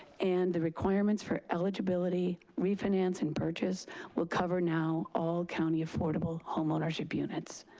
and the requirements for eligibility, refinance and purchase will cover now all county affordable home ownership units.